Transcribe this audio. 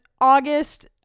August